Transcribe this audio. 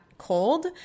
Cold